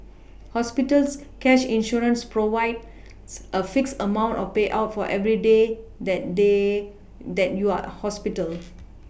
hospital cash insurance provides a fixed amount of payout for every day that they that you are hospital